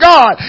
God